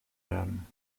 werden